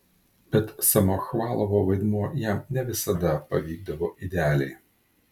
bet samochvalovo vaidmuo jam ne visada pavykdavo idealiai